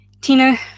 Tina